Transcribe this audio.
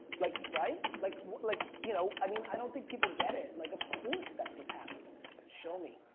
like, right? like like you know i mean, i don't think people get it. like, of course that's what's happens. show me.